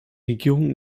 regierung